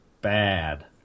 bad